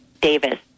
Davis